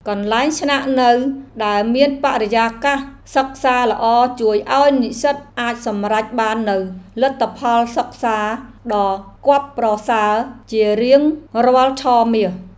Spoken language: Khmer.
កន្លែងស្នាក់នៅដែលមានបរិយាកាសសិក្សាល្អជួយឱ្យនិស្សិតអាចសម្រេចបាននូវលទ្ធផលសិក្សាដ៏គាប់ប្រសើរជារៀងរាល់ឆមាស។